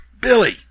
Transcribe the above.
Billy